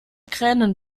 kränen